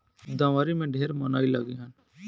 दँवरी में ढेर मनई लगिहन